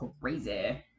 crazy